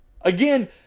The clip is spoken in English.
Again